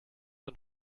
and